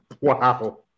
Wow